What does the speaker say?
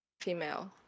female